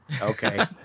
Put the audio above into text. okay